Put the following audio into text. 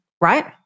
right